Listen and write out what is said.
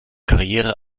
karriere